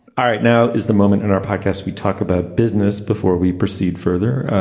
all right. now is the moment in our podcast we talk about business. before we proceed further.